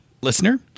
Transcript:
listener